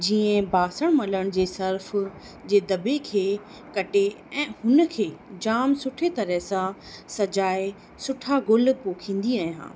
जीअं बासण मलण जी सर्फु जे दॿे खे कटे ऐं हुनखे जाम सुठे तरह सां सजाए सुठा गुल पोखींदी आहियां